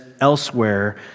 elsewhere